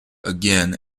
again